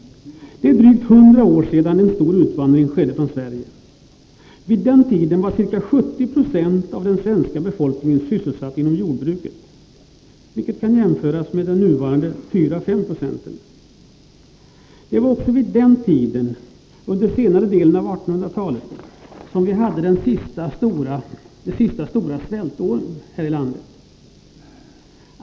Det är drygt 100 år sedan en stor utvandring skedde från Sverige. Vid den tiden var ca 70 96 av den svenska befolkningen sysselsatt inom jordbruket, vilket kan jämföras med nuvarande 4-5 96. Det var också vid den tiden — under senare delen av 1800-talet — som vi hade det sista stora svältåret här i landet.